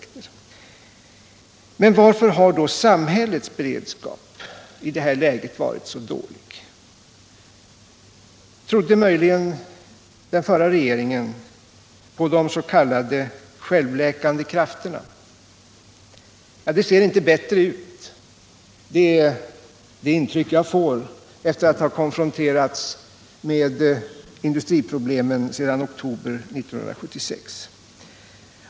Men varför har då samhällets beredskap i det här läget varit så dålig? Trodde möjligen den förra regeringen på de s.k. självläkande krafterna? Det ser inte bättre ut. Det är det intryck jag fått sedan jag konfronterats med industriproblemen sedan oktober 1976.